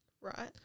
Right